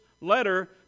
letter